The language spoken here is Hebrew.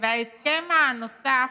וההסכם הנוסף,